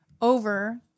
over